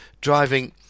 driving